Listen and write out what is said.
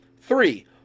Three